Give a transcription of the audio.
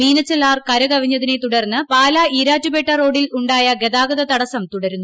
മീനച്ചിലാർ കരകവിഞ്ഞതിനെ തുടർന്ന് പാലാ ഈരാറ്റുപേട്ട റോഡിൽ ഉണ്ടായ ഗതാഗത തടസം തുടരുന്നു